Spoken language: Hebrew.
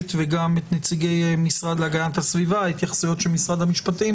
וגם את נציגי המשרד להגנת הסביבה והתייחסויות משרד המשפטים